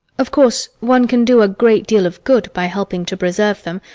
of course one can do a great deal of good by helping to preserve them,